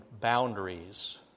boundaries